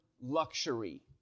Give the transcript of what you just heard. luxury